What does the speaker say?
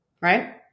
Right